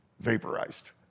vaporized